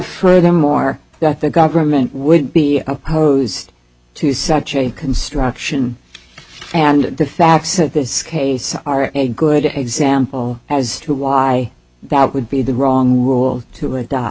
for them or that the government would be hosed to such a construction and the facts of this case are a good example as to why it would be the wrong rule to adopt